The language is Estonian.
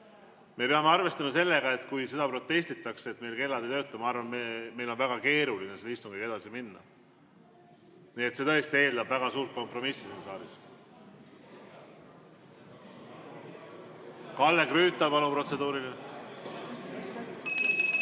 Me peame arvestama sellega, et kui protestitakse, et meil kellad ei tööta, siis ma arvan, et meil on väga keeruline selle istungiga edasi minna. Nii et see tõesti eeldab väga suurt kompromissi siin saalis. Kalle Grünthal, palun protseduuriline